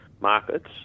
markets